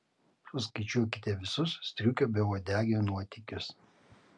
suskaičiuokite visus striukio beuodegio nuotykius